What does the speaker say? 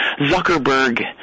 Zuckerberg